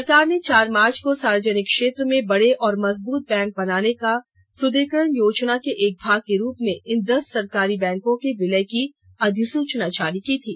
सरकार ने चार मार्च को सार्वजनिक क्षेत्र में बड़े और मजबूत बैंक बनाने की सुद्द ढ़ीकरण योजना के एक भाग के रूप में इन दस सरकारी बैंकों के विलय की अधिसूचना जारी की थी